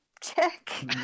check